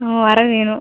உரோம் வேணும்